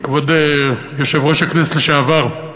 כבוד יושב-ראש הכנסת לשעבר,